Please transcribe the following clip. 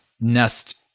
Nest